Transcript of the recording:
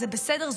זה בסדר,